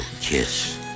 kiss